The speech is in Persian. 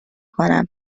کنم